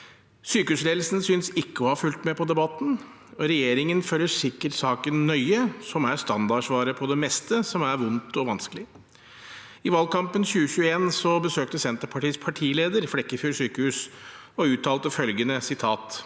Sykehusledelsen synes ikke å ha fulgt med på debatten. Regjeringen følger sik kert saken nøye, som er standardsvaret på det meste som er vondt og vanskelig. I valgkampen 2021 besøkte Senterpartiets partileder Flekkefjord sykehus. Da uttalte han